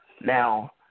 Now